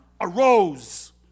arose